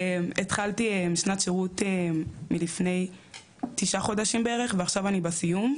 התחלתי שנת שירות מלפני תשעה חודשים בערך ועכשיו אני בסיום.